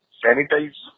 sanitize